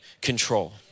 control